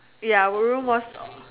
ya our room was